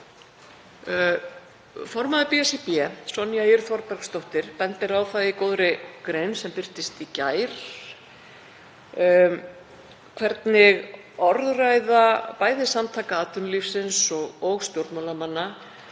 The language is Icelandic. Formaður BSRB, Sonja Ýr Þorbergsdóttir, bendir á það í góðri grein sem birtist í gær hvernig orðræða bæði Samtaka atvinnulífsins og stjórnmálamanna